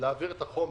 להעביר את החומר,